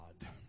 God